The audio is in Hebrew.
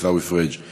עיסאווי פריג';